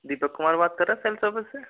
दीपक कुमार बात कर रहे हैं सेल सर्विस से